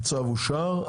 הצבעה אושר.